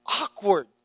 Awkward